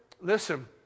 Listen